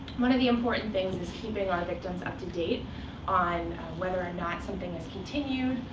one of the important things is keeping our victims up to date on whether or not something is continued,